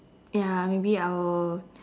ya maybe I will